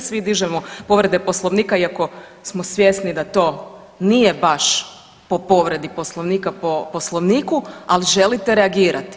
Svi dižemo povrede Poslovnika, iako smo svjesni da to nije baš po povredi Poslovnika po Poslovniku, ali želite reagirati.